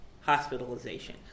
hospitalization